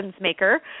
maker